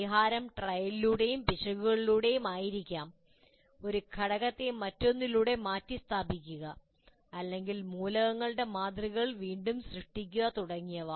പരിഹാരം ട്രയലിലൂടെയും പിശകുകളിലൂടെയും ആയിരിക്കാം ഒരു ഘടകത്തെ മറ്റൊന്നിലൂടെ മാറ്റിസ്ഥാപിക്കുക അല്ലെങ്കിൽ മൂലകങ്ങളുടെ മാതൃകകൾ വീണ്ടും സൃഷ്ടിക്കുക തുടങ്ങിയവ